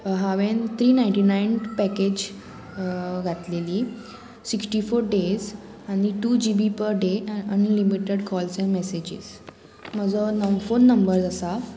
हांवेन three ninety nine package घातलेली sixty four days आनी two G B per day unlimited calls and messages म्हजो phone numbers आसा